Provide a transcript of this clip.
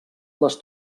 les